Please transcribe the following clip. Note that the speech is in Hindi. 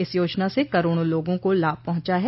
इस योजना से करोडो लोगों को लाभ पहुंचा है